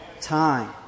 time